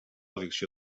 addició